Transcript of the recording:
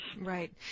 Right